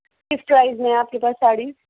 کس پرائز میں آپ کے پاس ساڑی